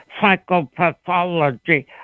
psychopathology